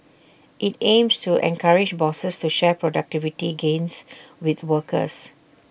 IT aims to encourage bosses to share productivity gains with workers